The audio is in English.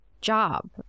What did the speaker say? job